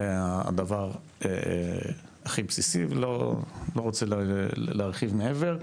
זה הדבר הכי בסיסי ולא רוצה להרחיב מעבר.